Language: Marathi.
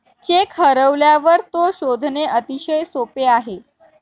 चेक हरवल्यावर तो शोधणे अतिशय सोपे आहे